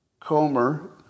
Comer